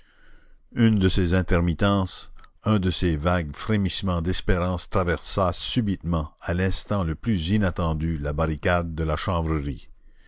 une de ces intermittences un de ces vagues frémissements d'espérance traversa subitement à l'instant le plus inattendu la barricade de la